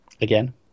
Again